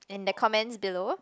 and the comment below